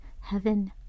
Heaven